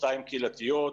שתיים קהילתיות,